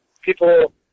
people